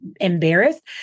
embarrassed